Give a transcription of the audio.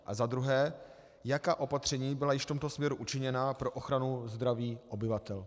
A za druhé, jaká opatření byla již v tomto směru učiněna pro ochranu zdraví obyvatel.